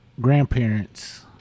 grandparents